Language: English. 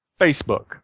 Facebook